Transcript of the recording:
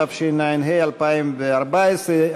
התשע"ה 2014,